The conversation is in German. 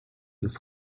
des